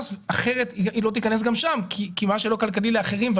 כי אחרת היא לא תיכנס גם שם כי מה שלא כלכלי לאחרים,